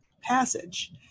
passage